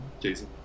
Jason